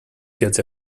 gets